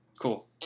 Cool